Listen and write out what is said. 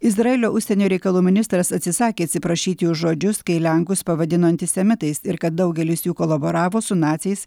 izraelio užsienio reikalų ministras atsisakė atsiprašyti jo žodžius kai lenkus pavadino antisemitais ir kad daugelis jų kolaboravo su naciais